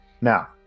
now